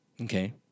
Okay